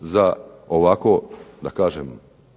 za ovako da kažem